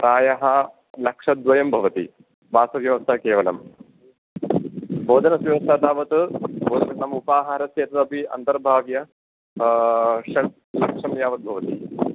प्रायः लक्षद्वयं भवति वासव्यवस्था केवलं भोजनस्य व्यवस्था तावत् भोजनम् उपाहारस्य एतदपि अन्तर्भाव्य षड्लक्षं यावत् भवति